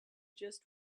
just